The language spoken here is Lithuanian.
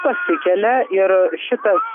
pasikelia ir šitas